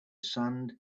sand